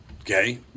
Okay